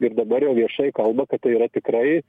ir dabar jau viešai kalba kad tai yra tikrai